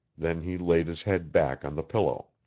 then he laid his head back on the pillow.